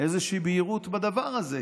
איזושהי בהירות בדבר הזה,